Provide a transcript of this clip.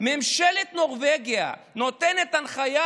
ממשלת נורבגיה נותנת הנחיה